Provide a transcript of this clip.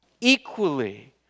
Equally